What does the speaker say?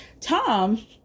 Tom